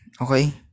okay